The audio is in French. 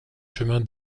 chemin